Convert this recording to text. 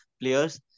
players